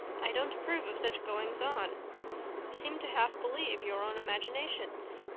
i don't approve of such goings-on. you seem to half believe your own imaginations.